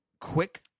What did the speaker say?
quick